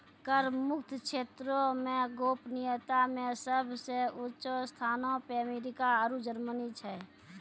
कर मुक्त क्षेत्रो मे गोपनीयता मे सभ से ऊंचो स्थानो पे अमेरिका आरु जर्मनी छै